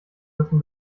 müssen